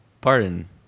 pardon